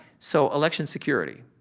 so, election security.